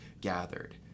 gathered